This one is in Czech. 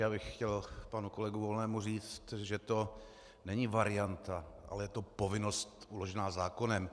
Já bych chtěl panu kolegovi Volnému říci, že to není varianta, ale je to povinnost uložená zákonem.